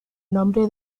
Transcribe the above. nombre